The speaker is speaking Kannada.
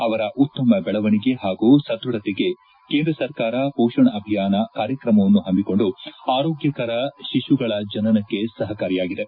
ಅವರ ಉತ್ತಮ ಬೆಳವಣಿಗೆ ಹಾಗೂ ಸದೃಡತೆಗೆ ಕೇಂದ್ರ ಸರ್ಕಾರ ಪೋಷಣ್ ಅಭಿಯಾನ ಕಾರ್ಯಕ್ರಮವನ್ನು ಪಮಿಕೊಂಡು ಆರೋಗ್ಗಕರ ಶಿಶುಗಳ ಜನನಕ್ಕೆ ಸಹಕಾರಿಯಾಗಿದೆ